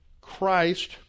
Christ